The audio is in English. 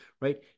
right